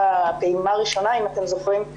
והפעימה הראשונה, אם אתם זוכרים,